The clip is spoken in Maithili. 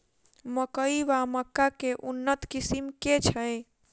मकई वा मक्का केँ उन्नत किसिम केँ छैय?